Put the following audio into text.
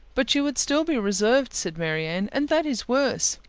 but you would still be reserved, said marianne, and that is worse.